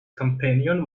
companion